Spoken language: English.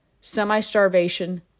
semi-starvation